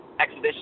exhibition